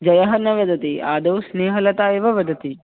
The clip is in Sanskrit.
जयः न वदति आदौ स्नेहलता एव वदति